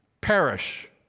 perish